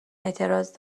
اعتراض